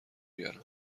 بیارم